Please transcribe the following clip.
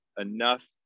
enough